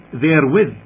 therewith